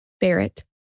Barrett